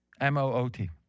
M-O-O-T